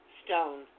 stone